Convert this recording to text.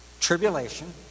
tribulation